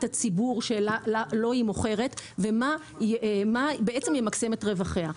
הציבור שלו היא מוכרת ומה בעצם ימקסם את רווחיה.